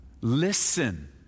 Listen